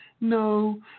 No